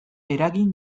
eragin